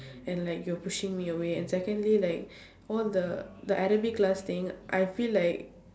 and like you're pushing me away and secondly like all the the arabic class thing I feel like